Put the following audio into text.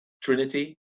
Trinity